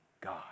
God